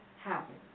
happen